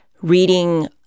reading